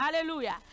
hallelujah